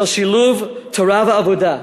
של שילוב תורה ועבודה.